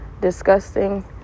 disgusting